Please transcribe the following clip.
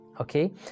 okay